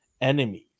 enemies